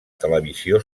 televisió